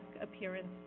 appearance